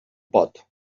pot